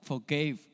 Forgave